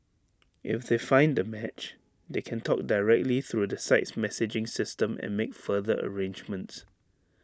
if they find A match they can talk directly through the site's messaging system and make further arrangements